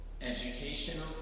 educational